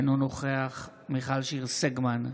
אינו נוכח מיכל שיר סגמן,